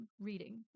reading